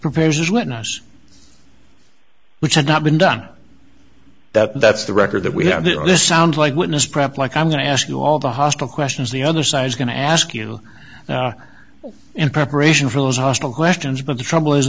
prepares his witness which has not been done that that's the record that we have this sounds like witness prep like i'm going to ask you all the hostile questions the other side is going to ask you know and preparation for those hostile questions but the trouble is